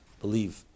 believe